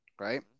right